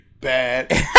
bad